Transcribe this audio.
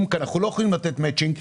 אנחנו לא יכולים לתת מאצ'ינג,